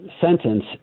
sentence